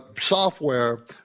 software